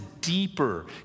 deeper